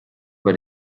bei